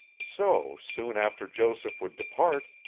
so, soon after joseph would depart,